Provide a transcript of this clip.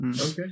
okay